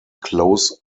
close